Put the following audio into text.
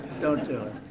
don't do it.